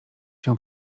się